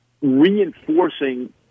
reinforcing